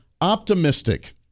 optimistic